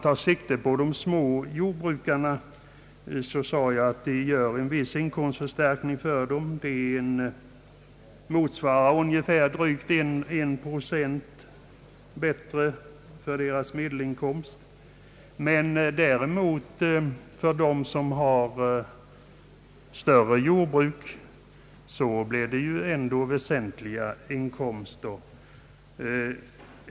Jag sade att tillägget ger en viss inkomstförstärkning för de små jordbrukarna. Tillägget innebär drygt en procents förbättring av deras medelinkomst. För dem som har större jordbruk blir det väsentligt bättre inkomster.